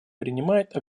принимает